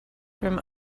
from